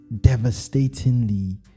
devastatingly